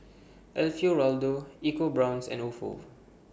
Alfio Raldo EcoBrown's and Ofo